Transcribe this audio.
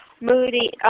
Moody